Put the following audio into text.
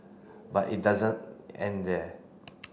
but it doesn't end there